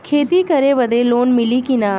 खेती करे बदे लोन मिली कि ना?